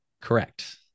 Correct